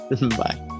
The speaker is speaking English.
Bye